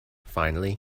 finally